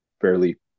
fairly